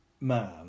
man